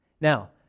Now